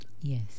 yes